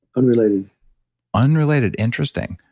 unrelated unrelated. interesting.